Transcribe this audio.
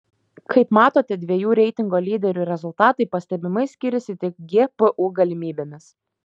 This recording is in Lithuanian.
kaip matote dviejų reitingo lyderių rezultatai pastebimai skiriasi tik gpu galimybėmis